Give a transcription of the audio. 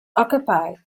occupied